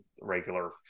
regular